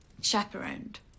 Chaperoned